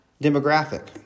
demographic